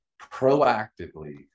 proactively